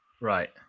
Right